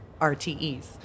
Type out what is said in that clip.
RTEs